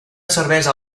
cervesa